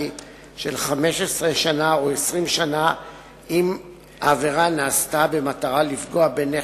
של 15 שנה או 20 שנה אם העבירה נעשתה במטרה לפגוע בנכס,